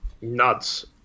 nuts